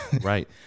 Right